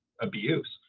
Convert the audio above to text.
abuse